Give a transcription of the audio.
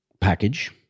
package